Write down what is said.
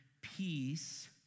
Peace